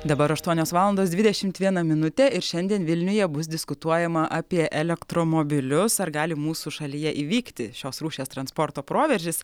dabar aštuonios valandos dvidešimt viena minutė ir šiandien vilniuje bus diskutuojama apie elektromobilius ar gali mūsų šalyje įvykti šios rūšies transporto proveržis